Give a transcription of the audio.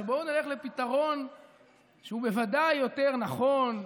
בואו נלך לפתרון שהוא בוודאי יותר נכון,